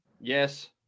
Yes